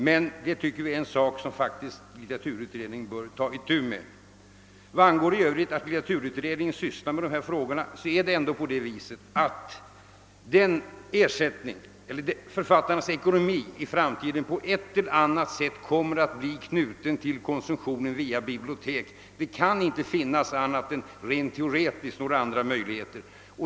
Men jag tycker detta är en sak som litteraturutredningen bör ta itu med. Vad beträffar litteraturutredningen och vad den sysslar med, är det ändå på det sättet att författarnas ekonomi i framtiden på ett eller annat sätt kommer att bli knuten till konsumtionen via biblioteken. Det finns inga andra möjligheter.